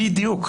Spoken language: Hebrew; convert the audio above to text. בדיוק.